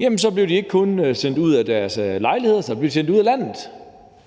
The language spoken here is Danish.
jamen så blev de ikke kun sendt ud af deres lejligheder, så blev de sendt ud af landet.